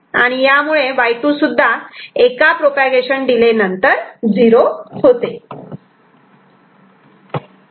आणि यामुळे Y2 सुद्धा एका प्रोपागेशन डिले नंतर 0 होतो